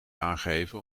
aangeven